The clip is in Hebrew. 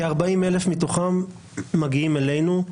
כ-40 אלף מתוכם מגיעים אלינו,